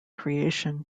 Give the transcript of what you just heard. creation